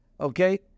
Okay